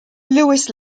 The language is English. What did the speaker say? lewis